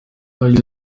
yagize